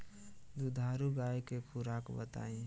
दुधारू गाय के खुराक बताई?